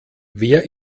wer